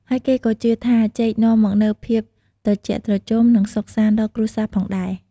ហើយគេក៏ជឿថាចេកនាំមកនូវភាពត្រជាក់ត្រជុំ និងសុខសាន្តដល់គ្រួសារផងដែរ។